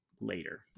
later